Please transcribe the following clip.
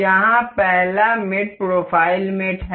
यहाँ पहला मेट प्रोफाइल मेट है